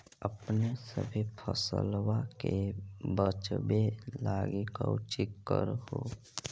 अपने सभी फसलबा के बच्बे लगी कौची कर हो?